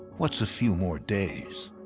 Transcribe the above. what's a few more days?